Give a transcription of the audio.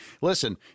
listen